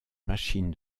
machine